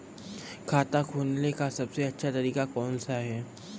खाता खोलने का सबसे अच्छा तरीका कौन सा है?